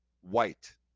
white